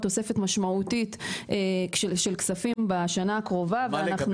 תוספות משמעותית של כספים בשנה הקרובה ואנחנו